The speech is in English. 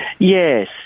Yes